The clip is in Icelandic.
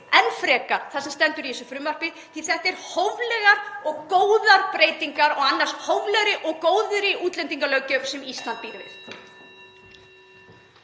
enn frekar það sem stendur í þessu frumvarpi því að þetta eru hóflegar og góðar breytingar (Forseti hringir.) á annars hóflegri og góðri útlendingalöggjöf sem Ísland býr við.